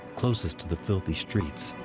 closest to the filthy streets.